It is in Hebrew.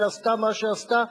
שעשתה מה שעשתה,